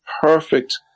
perfect